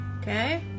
Okay